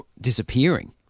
disappearing